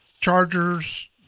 chargers